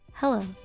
Hello